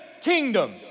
kingdom